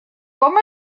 com